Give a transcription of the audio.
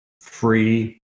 free